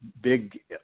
big